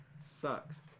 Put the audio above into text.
sucks